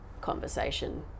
conversation